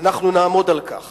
נעמוד על כך